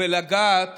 ולגעת